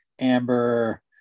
Amber